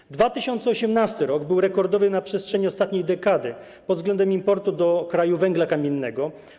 Rok 2018 był rekordowy na przestrzeni ostatniej dekady pod względem importu do kraju węgla kamiennego.